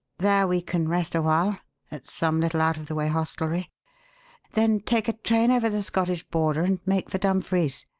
there we can rest a while at some little out-of-the-way hostelry then take a train over the scottish border and make for dumfries.